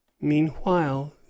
Meanwhile